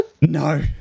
No